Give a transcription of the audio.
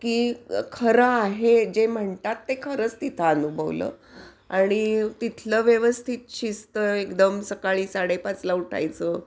की खरं आहे जे म्हणतात ते खरंच तिथं अनुभवलं आणि तिथलं व्यवस्थित शिस्त एकदम सकाळी साडेपाचला उठायचं